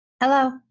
Hello